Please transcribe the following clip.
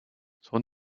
son